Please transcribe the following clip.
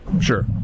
Sure